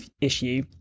issue